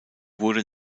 wurde